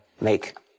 make